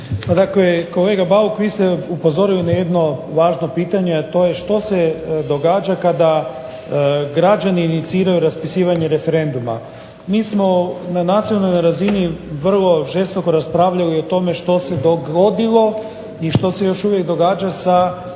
Svakako kolega Bauk vi ste upozorili na jedno važno pitanje, a to je što se događa kada građani iniciraju raspisivanje referenduma. Mi smo na nacionalnoj razini vrlo žestoko raspravljali o tome što se dogodilo i što se još uvijek događa sa potpisima